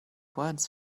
words